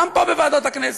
זה גם פה בוועדת הכנסת.